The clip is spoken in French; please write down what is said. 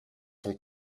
son